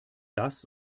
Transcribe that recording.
das